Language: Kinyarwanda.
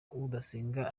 udasenga